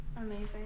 Amazing